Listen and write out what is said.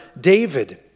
David